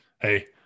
hey